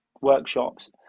workshops